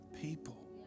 people